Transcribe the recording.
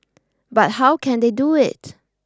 but how can they do it